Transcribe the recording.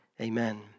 Amen